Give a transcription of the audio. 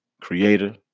creator